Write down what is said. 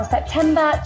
September